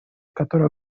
который